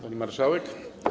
Pani Marszałek!